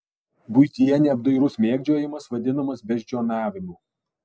buityje neapdairus mėgdžiojimas vadinamas beždžioniavimu